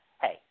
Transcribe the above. hey